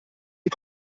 die